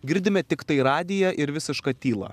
girdime tiktai radiją ir visišką tylą